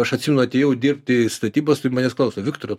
aš atsimenu atėjau dirbtiį statybas tai manęs klausia viktorai